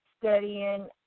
studying